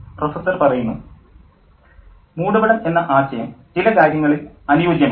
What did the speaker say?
professor മൂടുപടം എന്ന ആശയം ചില കാര്യങ്ങളിൽ അനുയോജ്യമാണ്